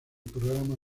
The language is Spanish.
programa